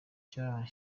bwana